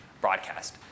broadcast